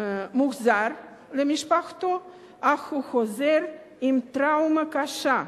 מוחזר למשפחתו, אך הוא חוזר עם טראומה קשה,